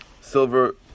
silver